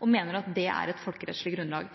og mener at det er et folkerettslig grunnlag.